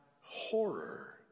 horror